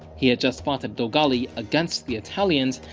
he had just fought at dogali against the italians,